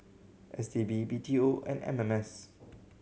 S T B B T O and M M S